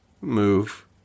move